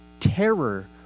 terror